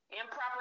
Improper